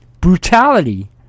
brutality